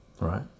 Right